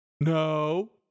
no